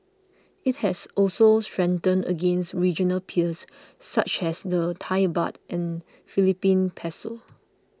it has also strengthened against regional peers such as the Thai Baht and Philippine Peso